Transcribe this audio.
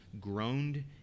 groaned